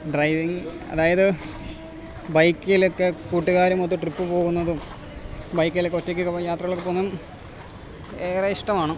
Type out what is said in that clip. driving അതായത് ബൈക്കിലൊക്കെ കൂട്ടുകാരുമൊത്ത് ട്രിപ്പ് പോകുന്നതും ബൈക്കിലൊക്കെ ഒറ്റയ്ക്കൊക്കെ പോയി യാത്രകളൊക്കെ പോകുന്നതും ഏറെ ഇഷ്ടമാണ്